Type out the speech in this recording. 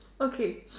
okay